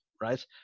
Right